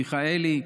מיכאלי,